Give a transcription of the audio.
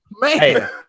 man